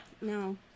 no